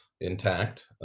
intact